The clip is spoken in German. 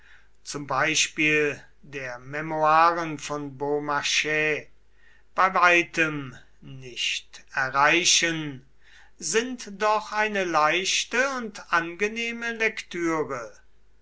zum beispiel der memoiren von beaumarchais bei weitem nicht erreichen sind doch eine leichte und angenehme lektüre